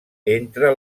entre